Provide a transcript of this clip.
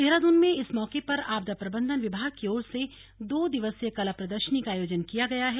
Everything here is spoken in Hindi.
देहरादून में इस मौके पर आपदा प्रबंधन विभाग की ओर से दो दिवसीय कला प्रदर्शनी का आयोजन किया गया है